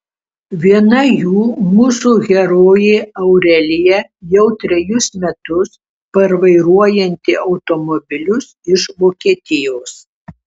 viena jų mūsų herojė aurelija jau trejus metus parvairuojanti automobilius iš vokietijos